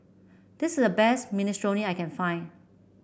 this is the best Minestrone I can find